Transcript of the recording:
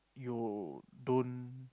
you don't